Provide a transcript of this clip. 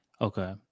Okay